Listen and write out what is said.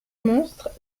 monstres